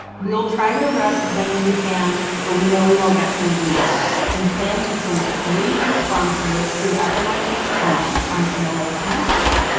we will try to address as many as we can, but we know we won't get through them all and plan to post brief responses through fmrt's home on ala connect.